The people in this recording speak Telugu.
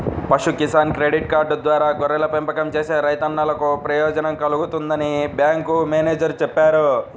పశు కిసాన్ క్రెడిట్ కార్డు ద్వారా గొర్రెల పెంపకం చేసే రైతన్నలకు ప్రయోజనం కల్గుతుందని బ్యాంకు మేనేజేరు చెప్పారు